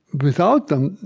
without them,